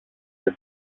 και